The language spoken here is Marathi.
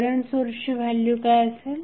करंट सोर्सची व्हॅल्यू काय असेल